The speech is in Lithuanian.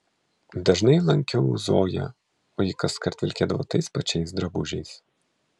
dažnai lankiau zoją o ji kaskart vilkėdavo tais pačiais drabužiais